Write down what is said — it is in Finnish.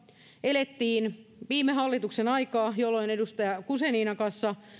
elettiin viime hallituksen aikaa jolloin edustaja guzeninan kanssa